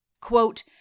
Quote